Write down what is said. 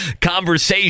conversation